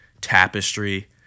tapestry